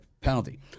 penalty